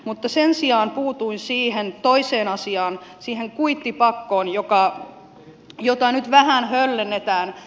mutta sen sijaan puutuin siihen toiseen asiaan siihen kuittipakkoon jota nyt vähän höllennetään